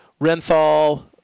Renthal